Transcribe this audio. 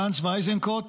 גנץ ואיזנקוט